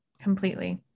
Completely